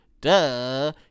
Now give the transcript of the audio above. Duh